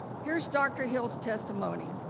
here is dr. hill's testimony,